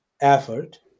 effort